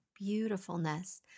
beautifulness